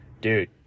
dude